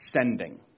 sending